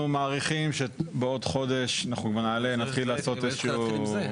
אנחנו מעריכים שבעוד חודש נתחיל לעשות איזשהו